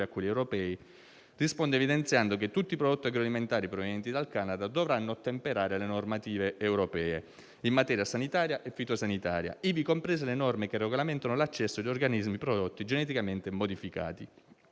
a quelli europei, rispondo evidenziando che tutti i prodotti agroalimentari provenienti dal Canada dovranno ottemperare alle normative europee in materia sanitaria e fitosanitaria, ivi comprese le norme che regolamentano l'accesso di organismi e prodotti geneticamente modificati.